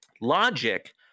Logic